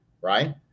right